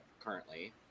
currently